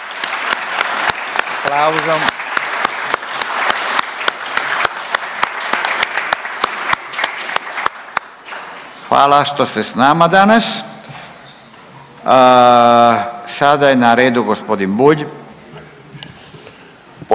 Hvala što ste s nama danas. Sada je na redu g. Bulj.